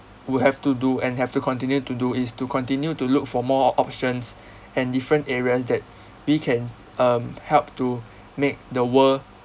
will have to do and have to continue to do is to continue to look for more options and different areas that we can um help to make the world